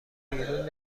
بیرون